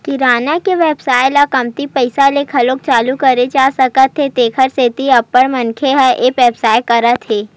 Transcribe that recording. किराना के बेवसाय ल कमती पइसा ले घलो चालू करे जा सकत हे तेखर सेती अब्बड़ मनखे ह ए बेवसाय करत हे